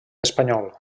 espanyol